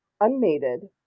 unmated